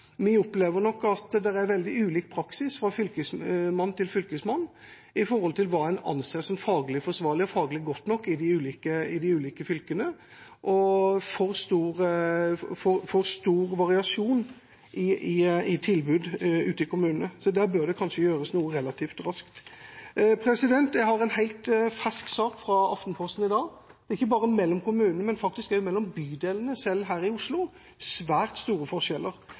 Vi opplever at det er veldig ulik praksis fra fylkesmann til fylkesmann når det gjelder hva en anser som faglig forsvarlig og faglig godt nok i de ulike fylkene. Det er for stor variasjon i tilbud ute i kommunene, så der bør det gjøres noe relativt raskt. Jeg vil nevne en helt fersk sak fra Aftenposten i dag. Det er ikke bare mellom kommunene det er svært store forskjeller, men faktisk også mellom bydelene her i Oslo.